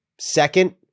Second